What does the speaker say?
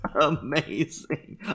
amazing